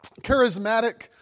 Charismatic